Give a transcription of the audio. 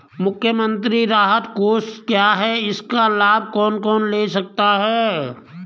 मुख्यमंत्री राहत कोष क्या है इसका लाभ कौन कौन ले सकता है?